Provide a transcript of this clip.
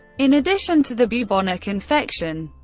in addition to the bubonic infection,